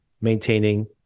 maintaining